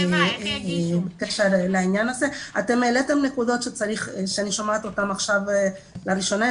אתם העליתם נקודות שאני שומעת אותם עכשיו לראשונה.